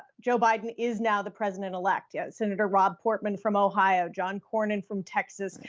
joe biden is now the president-elect, yeah senator rob portman from ohio, john cornyn from texas,